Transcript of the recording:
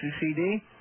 CD